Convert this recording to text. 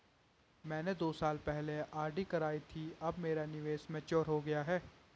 मैंने दो साल पहले आर.डी करवाई थी अब मेरा निवेश मैच्योर हो गया है